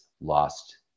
lost